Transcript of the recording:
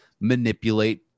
manipulate